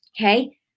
Okay